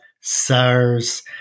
SARS